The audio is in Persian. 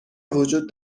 وجود